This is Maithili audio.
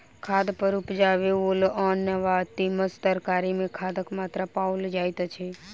खाद पर उपजाओल अन्न वा तीमन तरकारी मे खादक मात्रा पाओल जाइत अछि